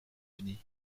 unis